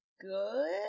good